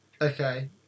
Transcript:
Okay